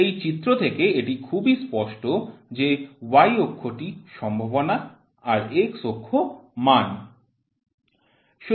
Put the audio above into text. এই চিত্র থেকে এটি খুবই স্পষ্ট যে y অক্ষটি সম্ভাবনা আর x অক্ষ মান